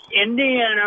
Indiana